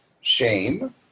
shame